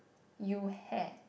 you had